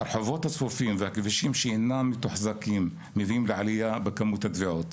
הרחובות הצפופים והכבישים שאינם מתוחזקים מביאים לעליה בכמות התביעות.